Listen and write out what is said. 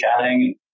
chatting